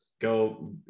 go